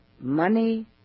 money